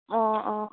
অঁ অঁ